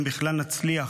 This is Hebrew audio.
אם בכלל נצליח.